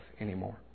anymore